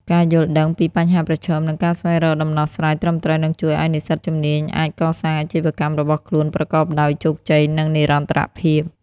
ការយល់ដឹងពីបញ្ហាប្រឈម និងការស្វែងរកដំណោះស្រាយត្រឹមត្រូវនឹងជួយឱ្យនិស្សិតជំនាញអាចកសាងអាជីវកម្មរបស់ខ្លួនប្រកបដោយជោគជ័យ និងនិរន្តរភាព។